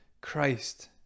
Christ